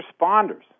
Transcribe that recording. responders